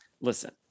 listen